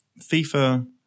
FIFA